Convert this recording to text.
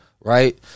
right